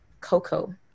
cocoa